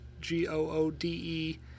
G-O-O-D-E